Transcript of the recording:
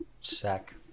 sack